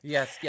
Yes